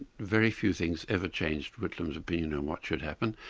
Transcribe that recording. very few things ever changed whitlam's opinion on what should happen,